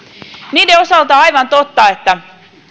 niiden osalta on aivan totta että